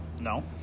No